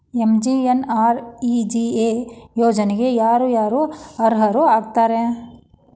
MGNREGA ಯೋಜನೆಗೆ ಯಾರ ಯಾರು ಅರ್ಹರು ಆಗ್ತಾರ?